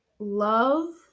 Love